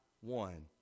one